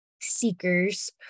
seekers